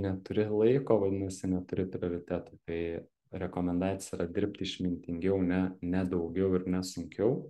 neturi laiko vadinasi neturi prioritetų tai rekomendacija yra dirbti išmintingiau ne ne daugiau ir ne sunkiau